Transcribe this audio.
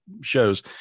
shows